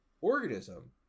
organism